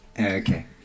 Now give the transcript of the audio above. Okay